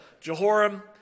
Jehoram